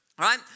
right